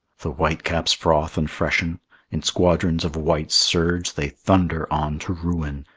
the whitecaps froth and freshen in squadrons of white surge they thunder on to ruin,